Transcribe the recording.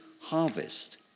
harvest